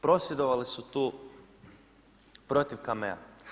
Prosvjedovali su tu protiv Cammea.